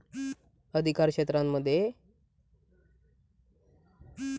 अधिकारक्षेत्रांमध्ये बँकिंग नियम मोठ्या प्रमाणात बदलतत